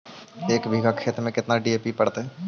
एक बिघा खेत में केतना डी.ए.पी खाद पड़तै?